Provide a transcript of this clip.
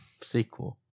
sequel